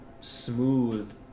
smooth